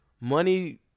Money